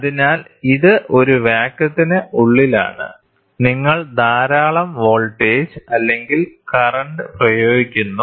അതിനാൽ ഇത് ഒരു വാക്വത്തിന് ഉള്ളിലാണ് നിങ്ങൾ ധാരാളം വോൾട്ടേജ് അല്ലെങ്കിൽ കറന്റ് പ്രയോഗിക്കുന്നു